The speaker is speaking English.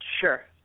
Sure